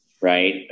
Right